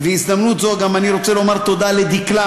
ובהזדמנות זו גם אני רוצה לומר תודה לדקלה,